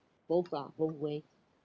both lah both way